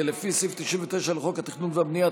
ולפי סעיף 99 לחוק התכנון והבנייה,